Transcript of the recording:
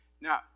Now